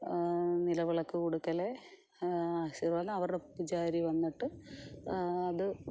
നിലവിളക്ക് കൊടുക്കല് ആശീർവാദം അവരുടെ പൂജാരി വന്നിട്ട് അത്